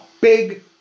big